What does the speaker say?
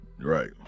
Right